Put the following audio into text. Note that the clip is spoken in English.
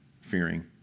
fearing